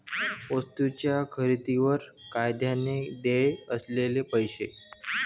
वस्तूंच्या खरेदीवर कायद्याने देय असलेले पैसे